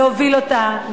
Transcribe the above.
להוביל אותה,